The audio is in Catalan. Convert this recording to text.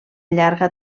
llarga